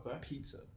pizza